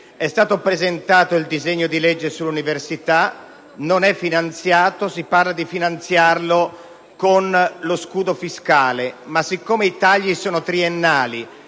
È stato presentato il disegno di legge sull'università, che non è finanziato e si parla di finanziarlo con lo scudo fiscale. Eppure, dal momento che i tagli sono triennali,